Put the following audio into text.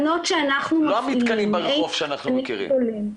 לא המתקנים שנמצאים ברחוב אותם אנחנו מכירים.